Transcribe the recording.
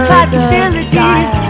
possibilities